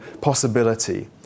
possibility